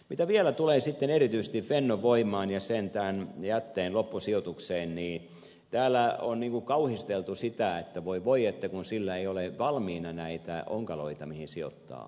mitä vielä tulee sitten erityisesti fennovoimaan ja sen jätteen loppusijoitukseen niin täällä on kauhisteltu sitä että voi voi kun sillä ei ole valmiina näitä onkaloita mihin sijoittaa